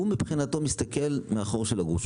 הוא מבחינתו מסתכל מהחור של הגרוש,